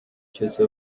cyose